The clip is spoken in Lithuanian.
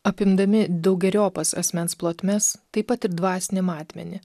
apimdami daugeriopas asmens plotmes taip pat ir dvasinį matmenį